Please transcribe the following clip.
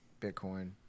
bitcoin